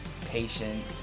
patience